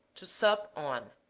to sup on